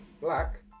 black